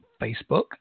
Facebook